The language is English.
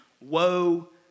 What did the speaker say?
woe